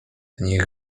niech